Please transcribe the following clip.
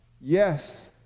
Yes